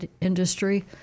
industry